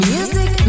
Music